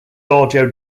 audio